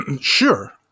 Sure